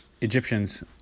Egyptians